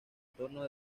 entorno